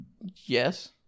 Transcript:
Yes